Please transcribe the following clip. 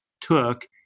took